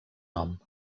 nom